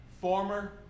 Former